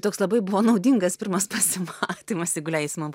toks labai buvo naudingas pirmas pasimatymas jeigu leisi man